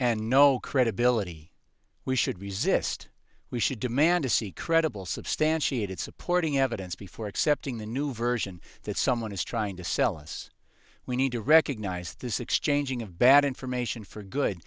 and no credibility we should resist we should demand to see credible substantiated supporting evidence before accepting the new version that someone is trying to sell us we need to recognize this exchanging of bad information for good